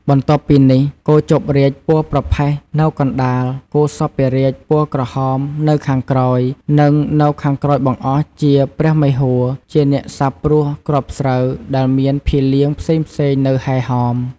បន្ទាប់ពីនេះ គោជប់រាជ ពណ៌ប្រផេះនៅកណ្ដាល គោសព្វរាជ ពណ៌ក្រហម នៅខាងក្រោយ និងនៅខាងក្រោយបង្អស់ជា ព្រះមេហួរ ជាអ្នកសាបព្រួសគ្រាប់ស្រូវ ដែលមានភីលៀងផ្សេងៗនៅហែរហម។